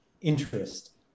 interest